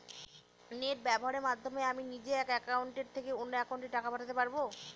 Net ব্যবহারের মাধ্যমে আমি নিজে এক অ্যাকাউন্টের থেকে অন্য অ্যাকাউন্টে টাকা পাঠাতে পারব?